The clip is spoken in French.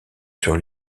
sur